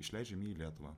išleidžiam jį į lietuvą